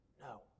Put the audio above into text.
No